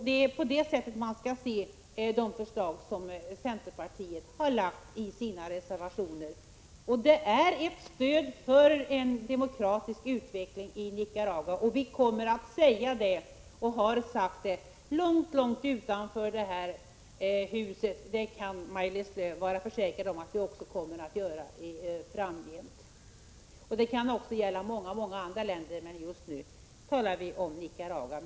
Det är på det sättet man skall se de förslag som centerpartiet har lagt fram i sina reservationer. De innebär ett stöd för en demokratisk utveckling i Nicaragua. Det har vi sagt långt utanför det här huset, och det kan Maj-Lis Lööw vara säker på att vi åter kommer att göra framgent. Det kan också gälla många andra länder, men just nu talar vi om Nicaragua.